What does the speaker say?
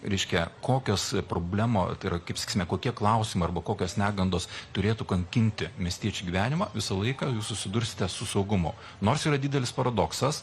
reiškia kokios problemo tai yra kaip sakysime kokie klausimai arba kokios negandos turėtų kankinti miestiečių gyvenimą visą laiką jūs susidursite su saugumu nors yra didelis paradoksas